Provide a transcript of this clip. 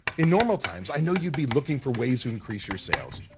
in normal times, i know you'd be looking for ways to increase your sales,